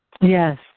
Yes